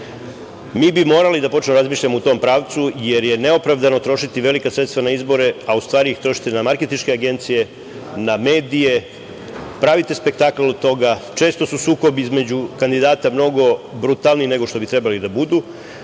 Mi bi morali da počnemo da razmišljamo u tom pravcu, jer je neopravdano trošiti velika sredstva na izbore, a u stvari, trošiti na markentinške agencije, na medije, praviti spektakl od toga. Često su sukobi između kandidata mnogo brutalniji nego što bi trebali da budu,